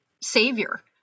savior